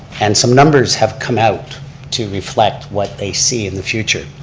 and some numbers have come out to reflect what they see in the future.